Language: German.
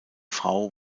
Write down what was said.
frau